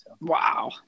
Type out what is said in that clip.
Wow